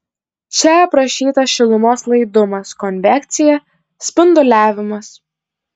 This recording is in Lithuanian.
čia aprašytas šilumos laidumas konvekcija spinduliavimas